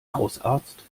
hausarzt